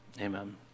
amen